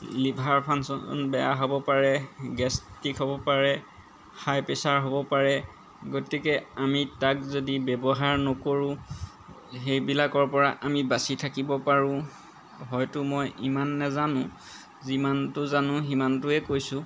liver function বেয়া হ'ব পাৰে গেষ্টিক হ'ব পাৰে হাই প্ৰেছাৰ হ'ব পাৰে গতিকে আমি তাক যদি ব্যৱহাৰ নকৰোঁ সেইবিলাকৰ পৰা আমি বাচি থাকিব পাৰোঁ হয়তো মই ইমান নাজানো যিমানটো জানো সিমানটোৱেই কৈছোঁ